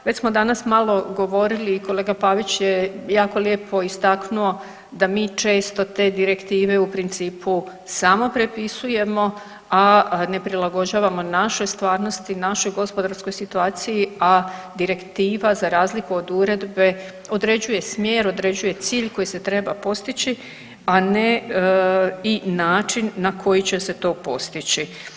Već smo danas malo govorili i kolega Pavić je jako lijepo istaknuo da mi često te direktive u principu samo prepisujemo, a ne prilagođavamo našoj stvarnosti i našoj gospodarskoj situaciji, a direktiva za razliku od uredbe određuje smjer i određuje cilj koji se treba postići, a ne i način na koji će se to postići.